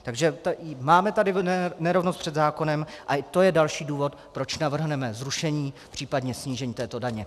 Takže máme tady nerovnost před zákonem a to je další důvod, proč navrhneme zrušení, případně snížení této daně.